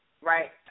right